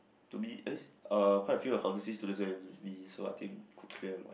to be eh uh quite few accountancy students where we be so I think could clear a lot